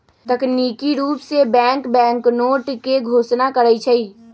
तकनिकी रूप से बैंक बैंकनोट के घोषणा करई छई